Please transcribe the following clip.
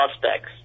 suspects